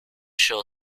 show